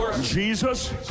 Jesus